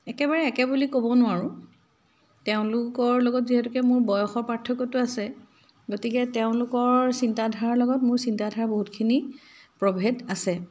একেবাৰে একে বুলি ক'বও নোৱাৰোঁ তেওঁলোকৰ লগত যিহেতুকে মোৰ বয়সৰ পাৰ্থক্যটো আছে গতিকে তেওঁলোকৰ চিন্তা ধাৰাৰ লগত মোৰ চিন্তা ধাৰা বহুতখিনি প্ৰভেদ আছে